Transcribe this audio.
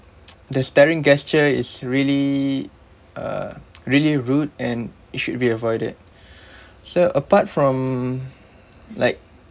the staring gesture is really uh really rude and it should be avoided so apart from like